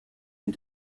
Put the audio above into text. and